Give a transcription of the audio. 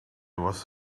was